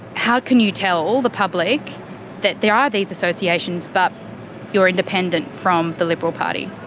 how can you tell the public that there are these associations but you are independent from the liberal party?